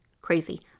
crazy